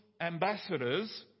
ambassadors